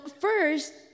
first